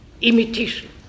imitation